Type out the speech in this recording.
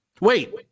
wait